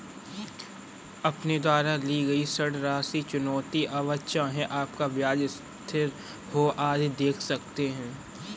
अपने द्वारा ली गई ऋण राशि, चुकौती अवधि, चाहे आपका ब्याज स्थिर हो, आदि देख सकते हैं